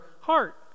heart